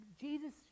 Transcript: Jesus